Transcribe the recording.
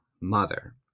mother